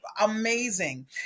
amazing